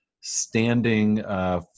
standing